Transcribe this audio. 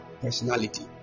personality